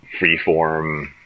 freeform